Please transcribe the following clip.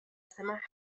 سمحت